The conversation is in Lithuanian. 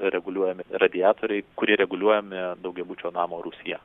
reguliuojami radiatoriai kurie reguliuojami daugiabučio namo rūsyje